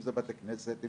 אם זה בתי כנסת,